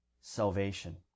salvation